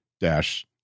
dash